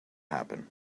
happen